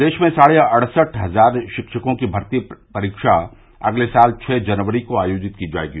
प्रदेश में साढ़े अड़सठ हज़ार शिक्षकों की भर्ती परीक्षा अगले साल छह जनवरी को आयोजित की जायेगी